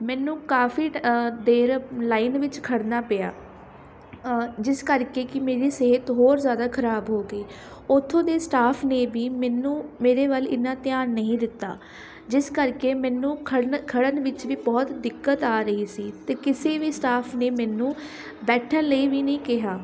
ਮੈਨੂੰ ਕਾਫੀ ਟ ਦੇਰ ਲਾਈਨ ਵਿੱਚ ਖੜ੍ਹਨਾ ਪਿਆ ਜਿਸ ਕਰਕੇ ਕਿ ਮੇਰੀ ਸਿਹਤ ਹੋਰ ਜ਼ਿਆਦਾ ਖਰਾਬ ਹੋ ਗਈ ਉੱਥੋਂ ਦੇ ਸਟਾਫ ਨੇ ਵੀ ਮੈਨੂੰ ਮੇਰੇ ਵੱਲ ਇੰਨਾ ਧਿਆਨ ਨਹੀਂ ਦਿੱਤਾ ਜਿਸ ਕਰਕੇ ਮੈਨੂੰ ਖੜ੍ਹਨ ਖੜ੍ਹਨ ਵਿੱਚ ਵੀ ਬਹੁਤ ਦਿੱਕਤ ਆ ਰਹੀ ਸੀ ਅਤੇ ਕਿਸੇ ਵੀ ਸਟਾਫ ਨੇ ਮੈਨੂੰ ਬੈਠਣ ਲਈ ਵੀ ਨਹੀਂ ਕਿਹਾ